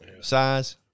size